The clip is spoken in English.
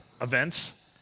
events